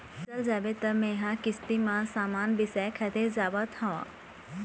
चल जाबे तें मेंहा किस्ती म समान बिसाय खातिर जावत हँव